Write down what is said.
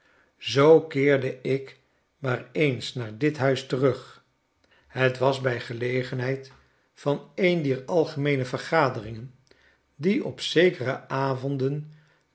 zoo keerde ik maar eens naar dit huis terug het was bij gelegenheid van een dier algemeene vergaderingen die op zekere avonden